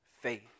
faith